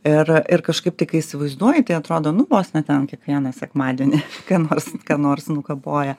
ir ir kažkaip tai kai įsivaizduoji tai atrodo nu vos ne ten kiekvieną sekmadienį ka nors ką nors nukapoja